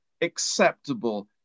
acceptable